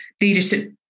leadership